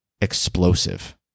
explosive